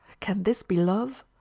can this be love.